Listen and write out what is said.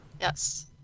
Yes